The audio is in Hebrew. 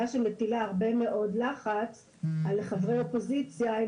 שמטילה הרבה מאוד לחץ על חברי האופוזיציה.